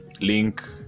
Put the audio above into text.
link